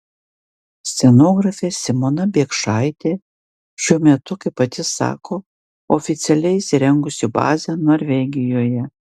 scenografė simona biekšaitė šiuo metu kaip pati sako oficialiai įsirengusi bazę norvegijoje